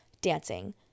dancing